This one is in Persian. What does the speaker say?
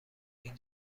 این